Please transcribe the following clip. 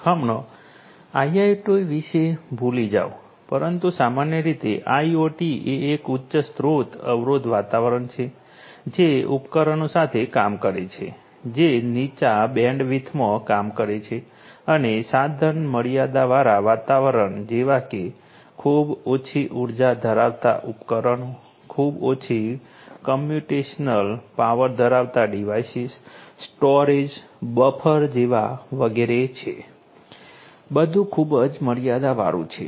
હમણાં આઇઆઇઓટી વિશે ભૂલી જાઓ પરંતુ સામાન્ય રીતે આઇઓટી એ એક ઉચ્ચ સ્ત્રોત અવરોધ વાતાવરણ છે જે ઉપકરણો સાથે કામ કરે છે જે નીચા બેન્ડવિડ્થમાં કામ કરે છે અને સાધન મર્યાદાવાળા વાતાવરણ જેવા કે ખૂબ ઓછી ઉર્જા ધરાવતા ઉપકરણો ખૂબ ઓછી કમ્પ્યુટેશનલ પાવર ધરાવતા ડિવાઇસીસ સ્ટોરેજ બફર જેવા વગેરે છે બધું ખૂબ જ મર્યાદાવાળું છે